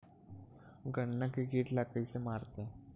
गन्ना के कीट ला कइसे मारथे?